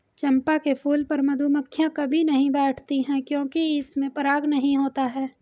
चंपा के फूल पर मधुमक्खियां कभी नहीं बैठती हैं क्योंकि इसमें पराग नहीं होता है